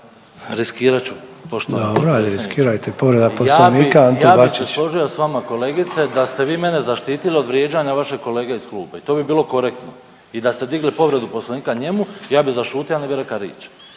Ja bi, ja bi se složio s vama kolegice, da ste vi mene zaštitili od vrijeđanja vašeg kolege iz klupe i to bi bilo korektno i da ste digli povredu Poslovnika njemu, ja bih zašutija, ne bi reka rič.